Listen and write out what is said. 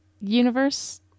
universe